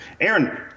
aaron